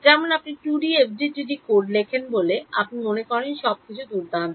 যেমন আপনি 2D FDTD code লেখেন বলে আপনি মনে করেন সবকিছু দুর্দান্ত